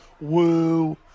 Woo